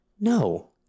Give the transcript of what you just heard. No